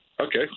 Okay